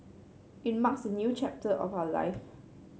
it marks a new chapter of our life